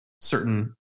certain